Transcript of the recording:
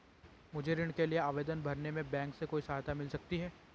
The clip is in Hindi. मुझे ऋण के लिए आवेदन भरने में बैंक से कोई सहायता मिल सकती है?